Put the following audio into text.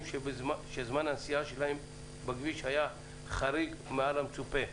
שזמן הנסיעה שלהם בכביש היה חריג מעל למצופה.